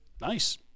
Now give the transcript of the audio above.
Nice